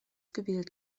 gewählt